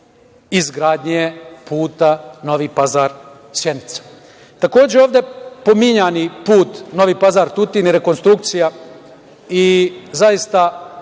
izgradnje puta Novi Pazar–Sjenica. Takođe, ovde pominjani put Novi Pazar–Tutin i rekonstrukcija, i zaista